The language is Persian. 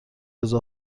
رضا